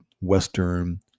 Western